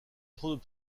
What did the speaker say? trop